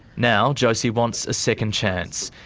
now josie wants a second chance,